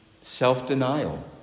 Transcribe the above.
Self-denial